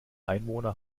einwohner